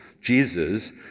Jesus